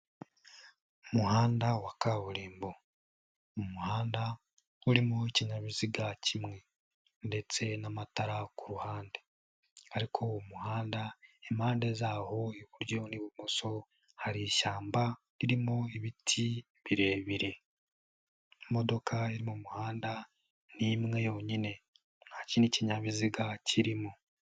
Umuhanda wa kaburimbo. Ni muhanda urimo ikinyabiziga kimwe ndetse n'amatara ku ruhande ariko umuhanda impande zaho iburyo n'ibumoso hari ishyamba ririmo ibiti birebire. Imodoka iri mu muhanda ni imwe yonyine, nta kindi kinyabiziga kirimo.